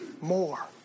more